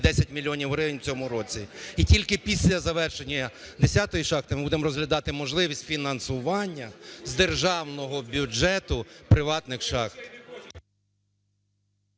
10 мільйонів гривень у цьому році. І тільки після завершення 10-ї шахти ми будемо розглядати можливість фінансування з державного бюджету приватних шахт.